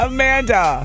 Amanda